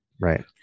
right